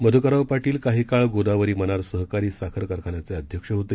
मध्कररावपाटीलकाहीकाळगोदावरीमनारसहकारीसाखरकारखान्याचेअध्यक्षहोते